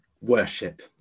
worship